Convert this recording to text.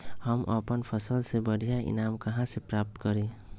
हम अपन फसल से बढ़िया ईनाम कहाँ से प्राप्त करी?